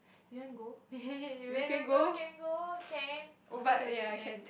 you want go when lah go can go can over the weekend